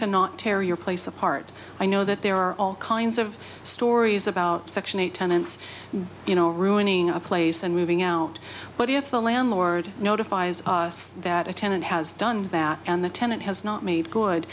to not tear your place apart i know that there are all kinds of stories about section eight tenants you know ruining a place and moving out but if the landlord notifies that a tenant has done and the tenant has not made good